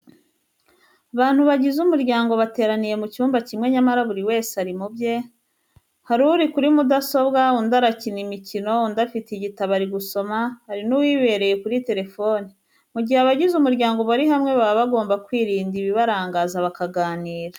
Abantu bagize umuryango bateraniye mu cyumba kimwe nyamara buri wese ari mu bye, hari uri kuri mudasobwa, undi arakina imikino, undi afite igitabo ari gusoma, hari n'uwibereye kuri telefoni. Mu gihe abagize umuryango bari hamwe baba bagomba kwirinda ibibarangaza bakaganira.